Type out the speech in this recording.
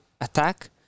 attack